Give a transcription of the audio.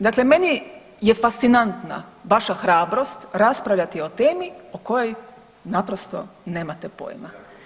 Dakle, meni je fascinantna vaša hrabrost raspravljati o temi o kojoj naprosto nemate pojma.